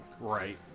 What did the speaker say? Right